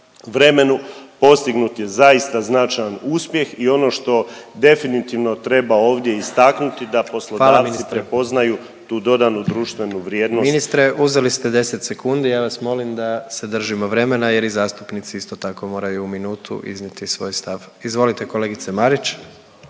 vremenu postignut je zaista značajan uspjeh i ono što definitivno treba ovdje istaknuti da poslodavci…/Upadica predsjednik: Hvala ministre./…prepoznaju tu dodanu društvenu vrijednost. **Jandroković, Gordan (HDZ)** Ministre, uzeli ste 10 sekundi. Ja vas molim da se držimo vremena jer i zastupnici isto tako moraju u minutu iznijeti svoj stav. Izvolite kolegice Marić.